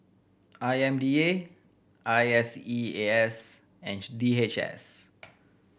I M D A I S E A S and D H S